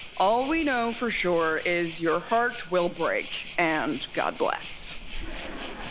all we know for sure is, your heart will break. and god bless.